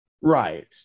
Right